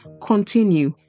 Continue